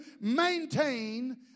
Maintain